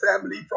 family